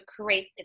create